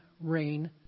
rain